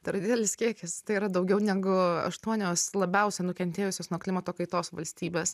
per didelis kiekis tai yra daugiau negu aštuonios labiausiai nukentėjusios nuo klimato kaitos valstybės